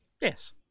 yes